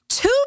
Two